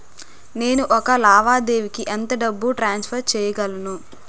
నేను ఒక లావాదేవీకి ఎంత డబ్బు ట్రాన్సఫర్ చేయగలను?